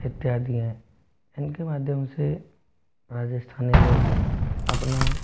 इत्यादि हैं इनके माध्यम से राजस्थानी लोग अपना